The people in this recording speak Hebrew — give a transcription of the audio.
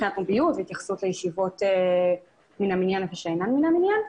היה דיון והתייחסות לישיבות מן המניין ושאינן מן המניין.